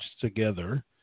together